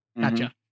gotcha